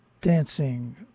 dancing